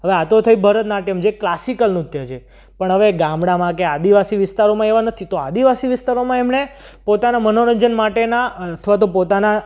હવે આતો થઈ ભરતનાટ્યમ જે ક્લાસિકલ નૃત્ય છે પણ હવે ગામડામાં કે આદિવાસી વિસ્તારોમાં એવા નથી તો આદિવાસી વિસ્તારોમાં એમણે પોતાના મનોરંજન માટેના અથવા તો પોતાના